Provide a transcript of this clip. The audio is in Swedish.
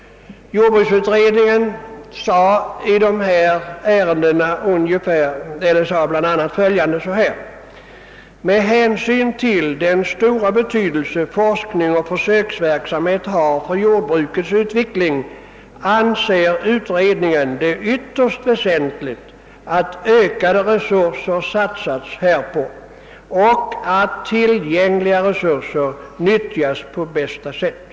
Jordbruksutredningen uttalade bl a. att med hänsyn tiil den stora betydelse forskning och försöksverksamhet har för jordbrukets utveckling var det, enligt utredningens mening, ytterst väsentligt att ökade resurser sattes in härvidlag och att tillgängliga resurser utnyttjades på bästa sätt.